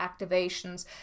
activations